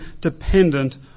dependent